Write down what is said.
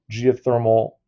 geothermal